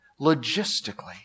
logistically